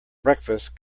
breakfast